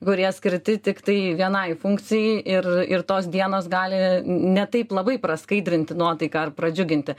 kurie skirti tiktai vienai funkcijai ir ir tos dienos gali ne taip labai praskaidrinti nuotaiką ar pradžiuginti